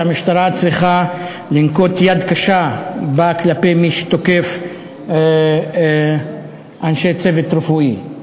להדגיש שהמשטרה צריכה לנקוט יד קשה כלפי מי שתוקף אנשי צוות רפואי.